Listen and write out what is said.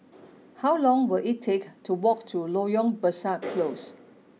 how long will it take to walk to Loyang Besar Close